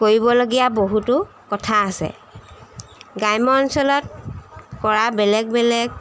কৰিবলগীয়া বহুতো কথা আছে গ্ৰাম্য অঞ্চলত কৰা বেলেগ বেলেগ